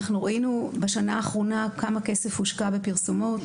ראינו בשנה האחרונה כמה כסף הושקע בפרסומות,